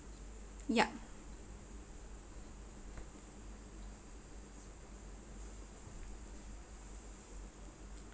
ya